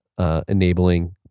enabling